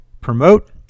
promote